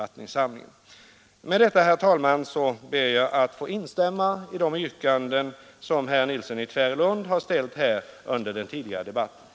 Med detta, herr talman, ber jag att få instämma i de yrkanden som framställts av herr Nilsson i Tvärålund.